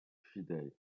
fidèles